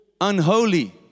Unholy